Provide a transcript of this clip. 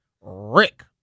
Rick